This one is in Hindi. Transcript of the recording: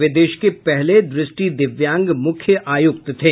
वे देश के पहले दृष्टि दिव्यांग मुख्य आयुक्त थे